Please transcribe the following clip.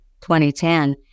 2010